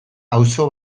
auzo